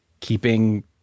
keeping